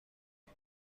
مید